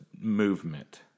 movement